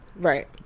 right